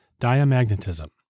diamagnetism